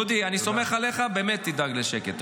דודי, אני סומך עליך, באמת תדאג לשקט.